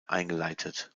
eingeleitet